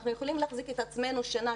אנחנו יכולים להחזיק את עצמנו שנה,